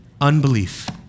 Unbelief